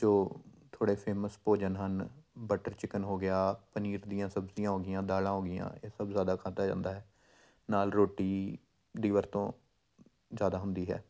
ਜੋ ਥੋੜ੍ਹੇ ਫੇਮਸ ਭੋਜਨ ਹਨ ਬਟਰ ਚਿਕਨ ਹੋ ਗਿਆ ਪਨੀਰ ਦੀਆਂ ਸਬਜ਼ੀਆਂ ਹੋ ਗਈਆਂ ਦਾਲਾਂ ਹੋ ਗਈਆਂ ਇਹ ਸਭ ਜ਼ਿਆਦਾ ਖਾਦਾ ਜਾਂਦਾ ਹੈ ਨਾਲ ਰੋਟੀ ਦੀ ਵਰਤੋਂ ਜ਼ਿਆਦਾ ਹੁੰਦੀ ਹੈ